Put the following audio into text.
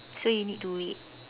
so you need to wait